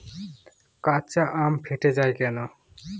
কাঁচা আম ফেটে য়ায় কেন?